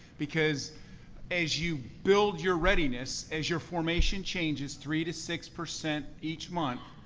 because as you build your readiness, as your formation changes three to six percent each month,